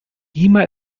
lima